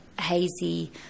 hazy